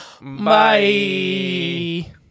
Bye